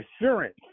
assurance